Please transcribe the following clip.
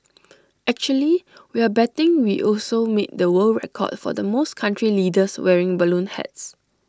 actually we're betting we also made the world record for the most country leaders wearing balloon hats